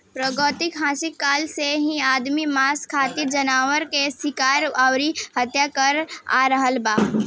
प्रागैतिहासिक काल से ही आदमी मांस खातिर जानवर के शिकार अउरी हत्या करत आ रहल बा